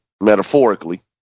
metaphorically